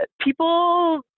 People